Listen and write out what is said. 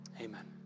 Amen